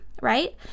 right